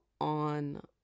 on